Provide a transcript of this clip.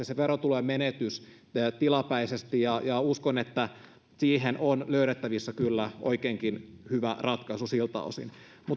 se verotulojen menetys tilapäisesti uskon että siihen on löydettävissä kyllä oikeinkin hyvä ratkaisu siltä osin